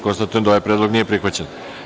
Konstatujem da ovaj predlog nije prihvaćen.